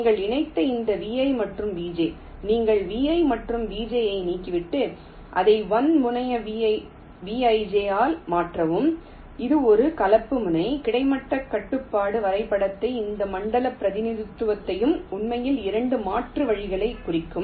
நீங்கள் இணைத்த இந்த Vi மற்றும் Vj நீங்கள் Vi மற்றும் Vj ஐ நீக்கிவிட்டு அதை 1 முனை Vij ஆல் மாற்றவும் இது ஒரு கலப்பு முனை கிடைமட்ட கட்டுப்பாட்டு வரைபடத்தையும் இந்த மண்டல பிரதிநிதித்துவத்தையும் உண்மையில் 2 மாற்று வழிகளைக் குறிக்கும்